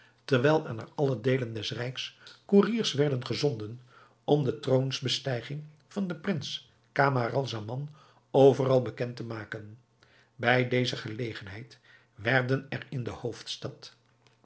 terwijl er naar alle deelen des rijks koeriers werden gezonden om de troonsbestijging van den prins camaralzaman overal bekend te maken bij deze gelegenheid werden er in de hoofdstad